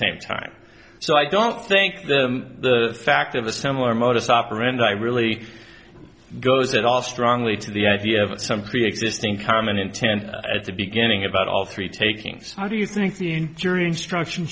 same time so i don't think the fact of a similar modus operandi really goes at all strongly to the idea of some preexisting common intend at the beginning about all three takings how do you think the jury instruction